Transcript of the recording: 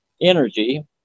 energy